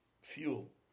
fuel